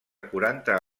quaranta